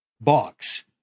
box